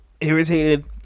irritated